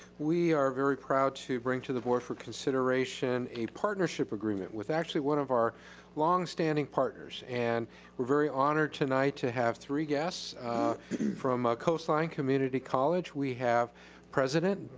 we are very proud to bring to the board for consideration a partnership agreement with actually one of our long standing partners. and we're very honored tonight to have three guests from ah coastline community college. we have president,